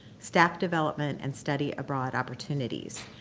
staff development and study-abroad opportunities.